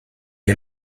est